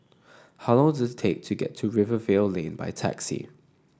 how long does it take to get to Rivervale Lane by taxi